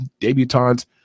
debutantes